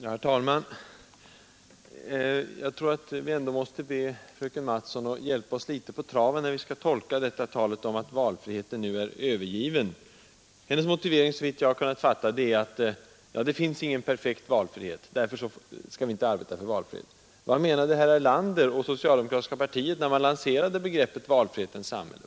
Herr talman! Jag tror att vi ändå måste be fröken Mattson att hjälpa oss litet på traven när det gäller att tolka talet om att valfriheten nu är övergiven. Såvitt jag har kunnat fatta är hennes motivering att det inte finns någon perfekt valfrihet och att vi därför inte skall arbeta för valfrihet. Vad menade då herr Erlander och det socialdemokratiska partiet när man för några år sedan lanserade begreppet valfrihetens samhälle?